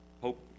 hope